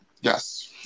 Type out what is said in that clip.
Yes